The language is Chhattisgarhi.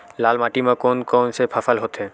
लाल माटी म कोन कौन से फसल होथे?